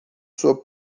sua